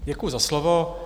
Děkuji za slovo.